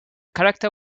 character